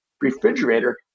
refrigerator